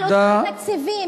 על אותם תקציבים.